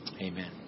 Amen